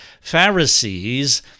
Pharisees